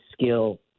skill